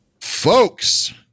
folks